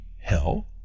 hell